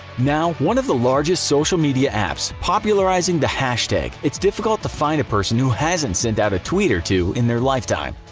now one of the largest social media apps popularizing the hashtag, its difficult to find a person who hasn't sent out a tweet or two in their lifetime.